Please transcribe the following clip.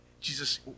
Jesus